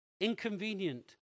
inconvenient